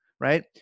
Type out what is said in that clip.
right